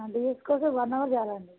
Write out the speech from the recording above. DSC కోసం one hour చాలా అండి